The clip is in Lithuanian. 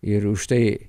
ir už tai